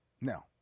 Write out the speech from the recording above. no